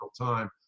time